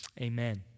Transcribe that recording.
Amen